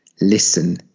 Listen